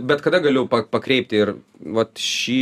bet kada galiu pakreipti ir vat šį